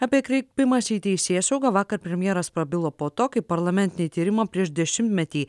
apie kreipimąsi į teisėsaugą vakar premjeras prabilo po to kai parlamentinį tyrimą prieš dešimtmetį